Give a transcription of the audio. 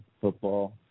football